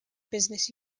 business